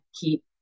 keep